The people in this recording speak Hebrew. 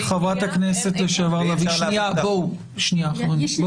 שהבעל רצה לבטל את כל ההליכים,